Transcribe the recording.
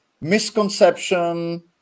misconception